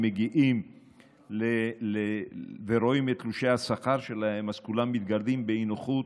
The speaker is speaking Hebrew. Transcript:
מגיעים ורואים את תלושי השכר שלהם אז כולם מתגרדים באי-נוחות,